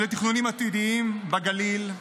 ולתכנונים עתידיים בגליל,